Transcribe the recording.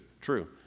True